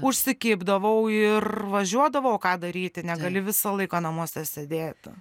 užsikibdavau ir važiuodavau o ką daryti negali visą laiką namuose sėdėti